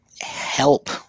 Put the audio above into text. help